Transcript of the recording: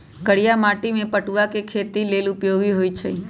करिया माटि में पटूआ के खेती लेल उपयोगी होइ छइ